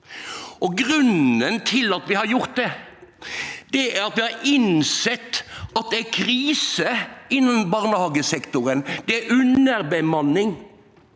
Grunnen til at vi har gjort det, er at vi har innsett at det er krise innanfor barnehagesektoren. Det er underbemanning.